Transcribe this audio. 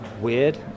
weird